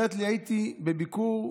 אומרת לי: הייתי בביקור בהדסה,